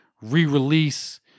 re-release